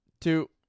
two